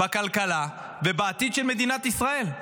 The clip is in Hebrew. בכלכלה ובעתיד של מדינת ישראל.